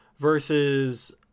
Versus